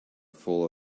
full